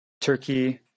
Turkey